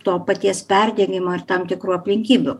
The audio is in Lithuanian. to paties perdegimo ar tam tikrų aplinkybių